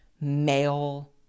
male